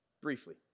briefly